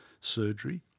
surgery